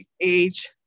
age